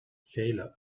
gele